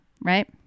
right